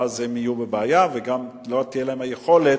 ואז הם יהיו בבעיה, וגם לא תהיה להם היכולת